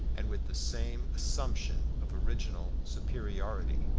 and with the same assumption of original superiority.